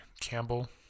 Campbell